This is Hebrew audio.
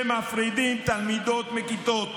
שמפרידים תלמידות מכיתות